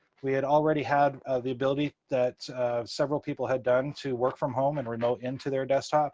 we had already had the ability that several people had done to work from home and remote into their desktops